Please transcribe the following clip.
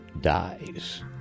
dies